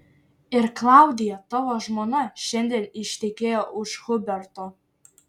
ir klaudija tavo žmona šiandien ištekėjo už huberto